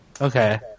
Okay